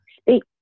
Speak